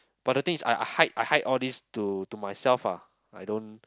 but the thing is I hide I hide all these to to myself ah I don't